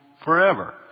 forever